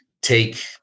take